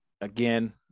Again